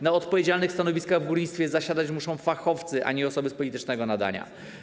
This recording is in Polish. Na odpowiedzialnych stanowiskach w górnictwie zasiadać muszą fachowcy, a nie osoby z politycznego nadania.